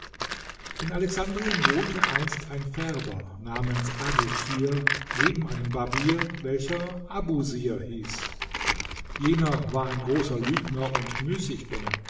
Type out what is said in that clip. in alexandrien wohnte einst ein färber namens abukir neben einem barbier welcher abusir hieß jener war ein großer lügner und müßiggänger